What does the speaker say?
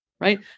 right